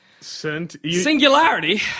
singularity